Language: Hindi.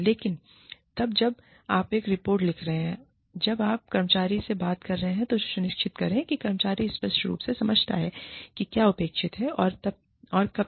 लेकिन तब जब आप एक रिपोर्ट लिख रहे हैं जब आप कर्मचारी से बात कर रहे हैं तो सुनिश्चित करें कि कर्मचारी स्पष्ट रूप से समझता है कि क्या अपेक्षित है और कब तक